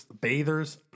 bathers